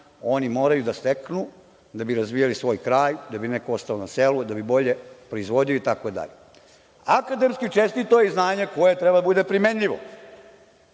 oni moraju da steknu da bi razvijali svoj kraj, da bi neko ostao na selu, da bi bolje proizvodili itd. Akademski čestito je i znanje koje treba da bude primenljivo,